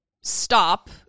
stop